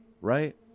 Right